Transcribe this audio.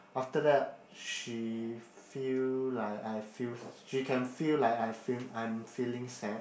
after that she feel like I feel she can feel like I feel I'm feeling sad